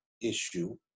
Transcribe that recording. issue